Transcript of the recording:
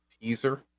teaser